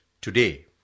Today